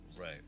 Right